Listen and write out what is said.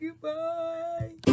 Goodbye